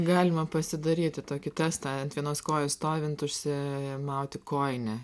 galima pasidaryti tokį testą ant vienos kojos stovint užsimauti kojinę